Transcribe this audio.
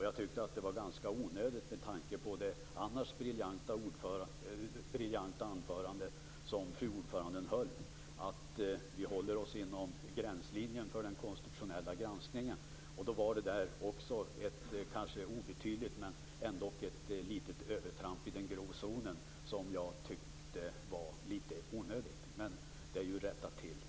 Jag tyckte att det var ganska onödigt med tanke på det annars så briljanta anförande som fru ordförande höll. Det är viktigt att vi håller oss inom gränslinjen för den konstitutionella granskningen. Då var det där ett kanske obetydligt, men ändock övertramp i den grå zonen. Det tyckte jag var litet onödigt. Men det har ju rättats till nu.